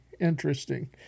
interesting